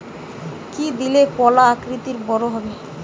কি দিলে কলা আকৃতিতে বড় হবে?